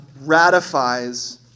ratifies